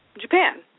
Japan